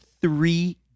three